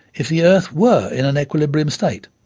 if the earth were in an equilibrium state,